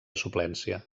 suplència